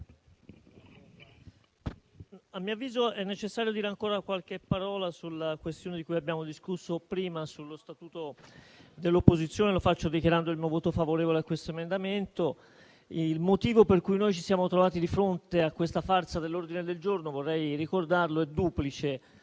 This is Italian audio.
a mio avviso, ancora qualche parola sulla questione di cui abbiamo discusso prima sullo Statuto dell'opposizione e lo faccio dichiarando il mio voto favorevole all'emendamento 7.0.1001. Il motivo per cui noi ci siamo trovati di fronte a questa farsa dell'ordine del giorno, vorrei ricordarlo, è duplice: